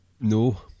No